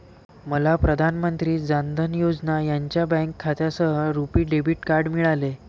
मला प्रधान मंत्री जान धन योजना यांच्या बँक खात्यासह रुपी डेबिट कार्ड मिळाले